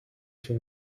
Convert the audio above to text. się